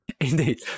Indeed